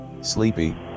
Sleepy